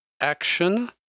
action